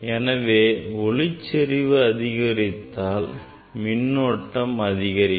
எனவே ஒளிச்செறிவு அதிகரித்தால் மின்னோட்டம் அதிகரிக்கும்